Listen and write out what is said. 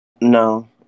No